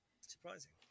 Surprising